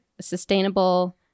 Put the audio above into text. sustainable